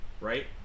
right